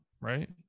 right